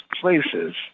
places